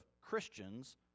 Christians